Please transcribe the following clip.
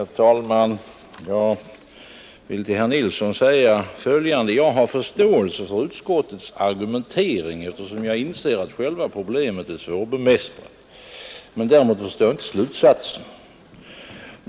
Herr talman! Jag vill till herr Nilsson i Kalmar säga följande. Jag har förståelse för utskottets argumentering, eftersom jag inser att själva problemet är svårbemästrat. Däremot förstår jag inte slutsatsen.